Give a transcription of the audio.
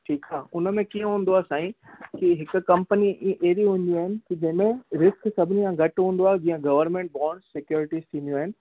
ठीकु आहे उन में कीअं हुंदो आहे साईं की हिक कंपनी ई अहिड़ी हुंदियूं आहिनि की जे में रिस्क सभिनी खां घटि हुंदो आहे जीअं गवर्मेंट बॉन्ड्स सोक्यॉरिटीस थींदियूं आहिनि